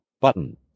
button